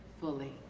fully